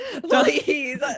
please